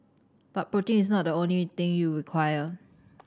but protein is not the only thing you require